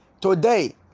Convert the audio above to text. Today